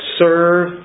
serve